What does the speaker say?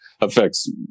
affects